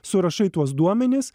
surašai tuos duomenis